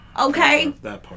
okay